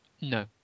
No